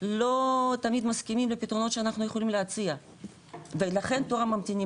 לא תמיד מסכימים לפתרונות שאנחנו יכולים להציע ולכן תור הממתינים